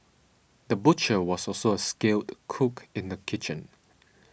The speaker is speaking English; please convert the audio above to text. the butcher was also a skilled cook in the kitchen